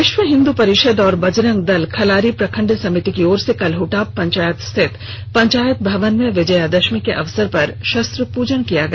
विश्व हिंदू परिषद और बजरंग दल खलारी प्रखंड समिति की ओर से कल हुटाप पंचायत स्थित पंचायत भवन में विजयादशमी के अवसर पर शस्त्र पूजन किया गया